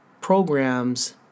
programs